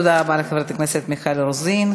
תודה רבה לחברת הכנסת מיכל רוזין.